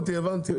הבנתי, הבנתי.